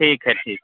ठीक है ठीक